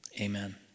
amen